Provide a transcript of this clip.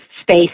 space